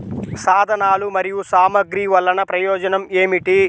సాధనాలు మరియు సామగ్రి వల్లన ప్రయోజనం ఏమిటీ?